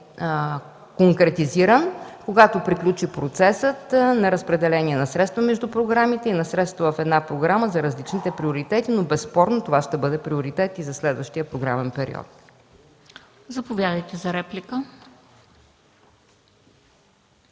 конкретизиран, когато приключи процесът на разпределение на средства между програмите и на средствата в една програма за различните приоритети, но безспорно това ще бъде приоритет и за следващия програмен период. ПРЕДСЕДАТЕЛ МЕНДА